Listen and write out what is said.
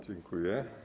Dziękuję.